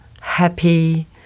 happy